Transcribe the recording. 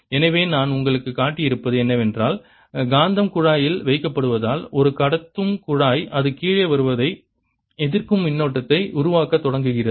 எனவே நான் உங்களுக்குக் காட்டியிருப்பது என்னவென்றால் காந்தம் குழாயில் வைக்கப்படுவதால் ஒரு கடத்தும் குழாய் அது கீழே வருவதை எதிர்க்கும் மின்னோட்டத்தை உருவாக்கத் தொடங்குகிறது